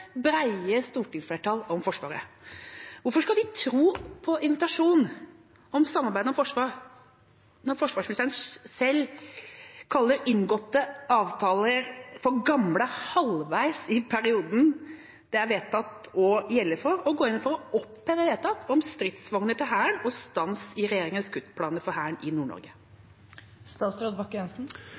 stortingsflertall om Forsvaret. Hvorfor skal vi tro på en invitasjon om samarbeid om forsvar når forsvarsministeren selv kaller inngåtte avtaler for gamle halvveis inn i perioden det er vedtatt å gjelde for, og går inn for å oppheve vedtak om stridsvogner til Hæren og stans i regjeringens kuttplaner for Hæren i